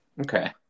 Okay